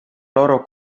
loro